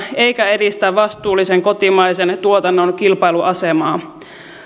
eikä edistä vastuullisen kotimaisen tuotannon kilpailuasemaa